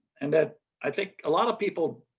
and that i think a lot of people